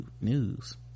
news